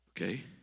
Okay